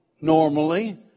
normally